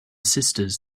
sisters